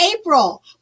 April